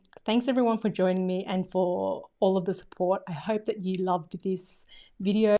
thanks everyone for joining me and for all of the support. i hope that you loved this video.